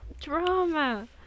drama